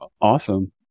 Awesome